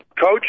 Coach